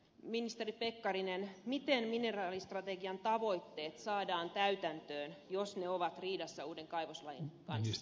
ministeri pekkarinen miten mineraalistrategian tavoitteet saadaan täytäntöön jos ne ovat riidassa uuden kaivoslain kanssa